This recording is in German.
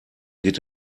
geht